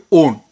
own